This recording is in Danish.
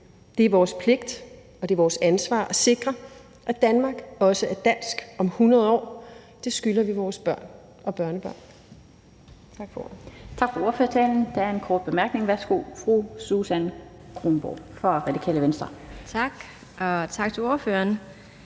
Det er vores pligt og vores ansvar at sikre, at Danmark også er dansk om 100 år; det skylder vi vores børn og børnebørn.